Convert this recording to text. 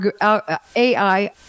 AI